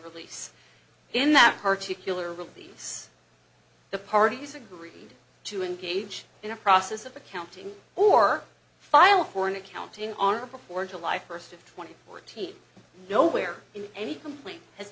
release in that particularly release the parties agreed to engage in a process of accounting or file for an accounting on or before july first of twenty fourteen no where in any complaint has